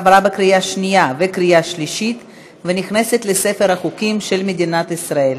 עברה בקריאה שנייה וקריאה שלישית ונכנסת לספר החוקים של מדינת ישראל.